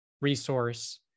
resource